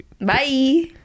Bye